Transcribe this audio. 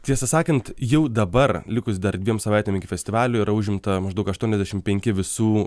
tiesą sakant jau dabar likus dar dviem savaitėm iki festivalio yra užimta maždaug aštuoniasdešim penki visų